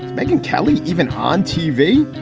meghan kelly even on tv?